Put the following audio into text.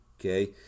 okay